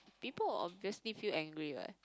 people obviously feel angry what